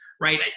right